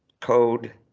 code